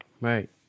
right